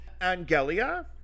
Angelia